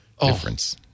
difference